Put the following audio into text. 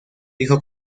hijo